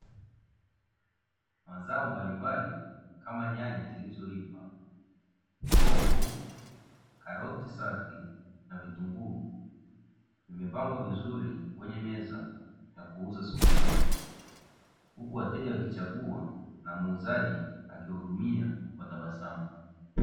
Mazao mbalimbali kama nyanya zilizoiva hoho, karoti na vitunguu safi vilivyopangwa vizuri kwenye meza huku wateja wakichagua na muuzaji akiwa hudumia kwa tabasamu.